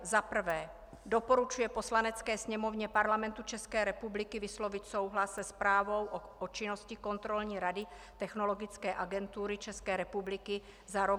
1. doporučuje Poslanecké sněmovně Parlamentu České republiky vyslovit souhlas se zprávou o činnosti Kontrolní rady Technologické agentury České republiky za rok 2013, tisk 196;